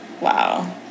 wow